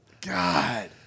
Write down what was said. God